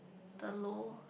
the low